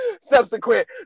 subsequent